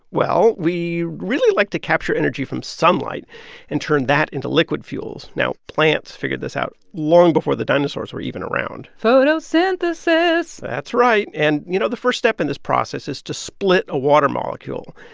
well, we really like to capture energy from sunlight and turn that into liquid fuels. now, plants figured this out long before the dinosaurs were even around photosynthesis that's right. and, you know, the first step in this process is to split a water molecule.